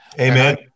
Amen